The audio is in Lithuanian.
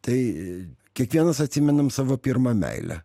tai kiekvienas atsimenam savo pirmą meilę